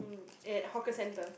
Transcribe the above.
at hawker center